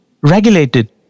regulated